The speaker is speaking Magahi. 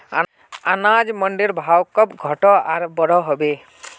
अनाज मंडीर भाव कब घटोहो आर कब बढ़ो होबे?